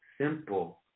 simple